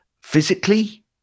Physically